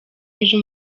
ejo